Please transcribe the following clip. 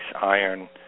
iron